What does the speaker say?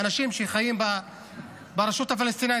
האנשים שחיים ברשות הפלסטינית,